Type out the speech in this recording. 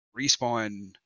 respawn